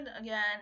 again